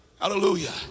Hallelujah